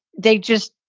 they just.